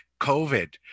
COVID